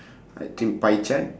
I think pie chart